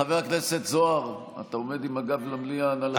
חבר הכנסת זוהר, אתה עומד עם הגב למליאה, נא לשבת.